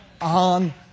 on